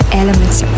elements